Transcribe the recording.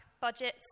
budgets